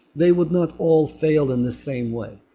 they would not all fail in the same way.